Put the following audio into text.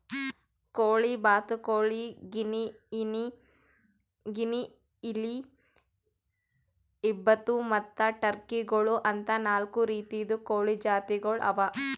ಕೋಳಿ, ಬಾತುಕೋಳಿ, ಗಿನಿಯಿಲಿ, ಹೆಬ್ಬಾತು ಮತ್ತ್ ಟರ್ಕಿ ಗೋಳು ಅಂತಾ ನಾಲ್ಕು ರೀತಿದು ಕೋಳಿ ಜಾತಿಗೊಳ್ ಅವಾ